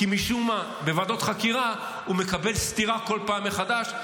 כי משום מה בוועדות חקירה הוא מקבל סטירה כל פעם מחדש,